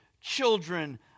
children